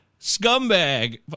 scumbag